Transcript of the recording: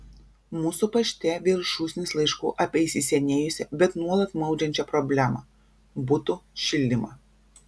mūsų pašte vėl šūsnys laiškų apie įsisenėjusią bet nuolat maudžiančią problemą butų šildymą